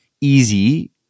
easy